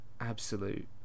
absolute